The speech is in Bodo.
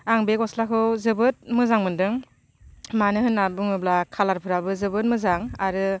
आं बे गस्लाखौ जोबोद मोजां मोनदों मानो होननानै बुङोब्ला कालारफ्राबो जोबोद मोजां आरो